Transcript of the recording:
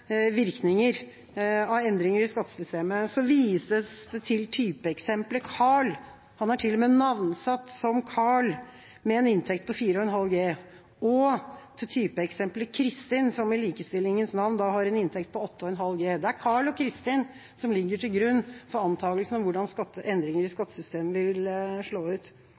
til og med navngitt som Karl – med en inntekt på 4,5 G og til typeeksempelet Kristin, som i likestillingens navn har en inntekt på 8,5 G, for å beregne virkninger av endringer i skattesystemet. Det er Karl og Kristin som ligger til grunn for antagelsene om hvordan endringer i skattesystemet vil slå ut.